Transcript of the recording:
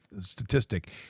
statistic